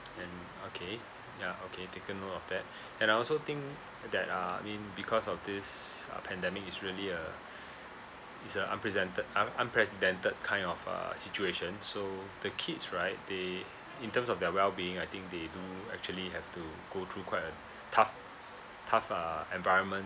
and okay ya okay taken note of that and I also think that err I mean because of this uh pandemic it's really a it's a unpresented unprecedented kind of uh situation so the kids right they in terms of their wellbeing I think they do actually have to go through quite a tough tough uh environment